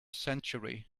century